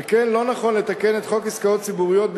על כן לא נכון לתקן את חוק עסקאות גופים ציבוריים,